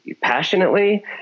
passionately